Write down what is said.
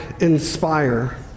inspire